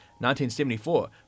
1974